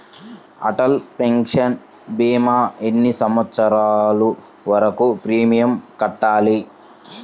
Atal pension భీమా ఎన్ని సంవత్సరాలు వరకు ప్రీమియం కట్టాలి?